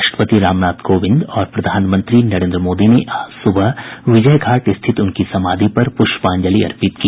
राष्ट्रपति रामनाथ कोविंद और प्रधानमंत्री नरेन्द्र मोदी ने आज सुबह विजयघाट स्थित उनकी समाधि पर पुष्पांजलि अर्पित की